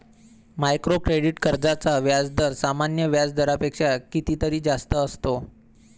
micro credit कर्जांचा व्याजदर सामान्य व्याज दरापेक्षा कितीतरी जास्त असतो